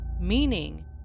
Meaning